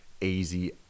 easy